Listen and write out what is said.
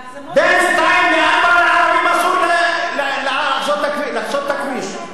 בין 14:00 ל-16:00 אסור לערבים לחצות את הכביש.